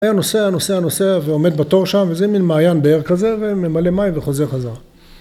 היה נוסע נוסע נוסע ועומד בתור שם וזה מין מעיין באר כזה וממלא מים וחוזר חזר